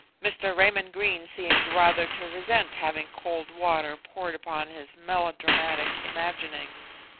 mr. raymond greene seemed rather to resent having cold water poured upon his melodramatic imaginings.